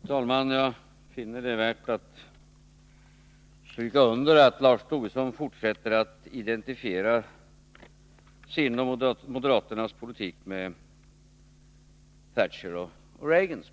Fru talman! Jag finner det värt att stryka under att Lars Tobisson fortsätter att identifiera sin och moderaternas politik med Thatchers och Reagans.